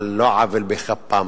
על לא עוול בכפם.